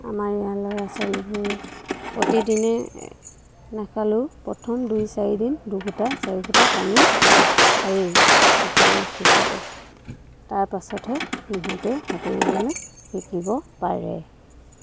আমাৰ ইয়াৰ ল'ৰা ছোৱালীবোৰে প্ৰতিদিনে নেখালেও প্ৰথম দুই চাৰিদিন দুঘোটা চাৰিঘোটা পানী খায়েই সাঁতোৰ শিকোঁতে তাৰপাছতহে সিহঁতেও সাঁতুৰিবলৈ শিকিব পাৰে